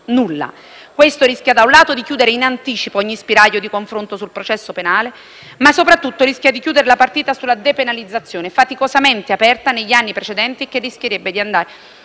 nulla! Questo rischia di chiudere in anticipo ogni spiraglio di confronto sul processo penale ma soprattutto rischia di chiudere la partita sulla depenalizzazione, faticosamente aperta negli anni precedenti, che richiede così di andare